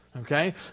Okay